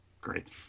Great